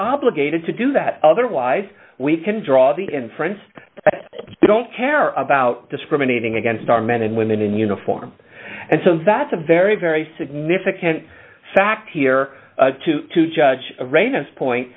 obligated to do that otherwise we can draw the inference i don't care about discriminating against our men and women in uniform and so that's a very very significant fact here too to judge a readiness point